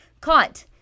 caught